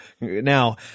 Now